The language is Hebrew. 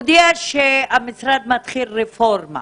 שהמשרד מתחיל רפורמה